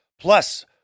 Plus